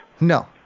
No